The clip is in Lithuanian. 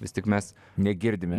vis tik mes negirdime